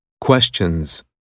Questions